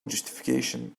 justification